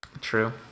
True